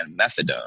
methadone